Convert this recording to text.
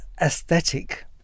aesthetic